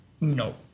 No